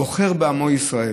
בוחר בעמו ישראל